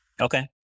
Okay